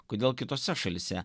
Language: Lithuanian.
kodėl kitose šalyse